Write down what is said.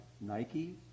Nike